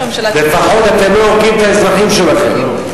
לפחות אתם לא הורגים את האזרחים שלכם.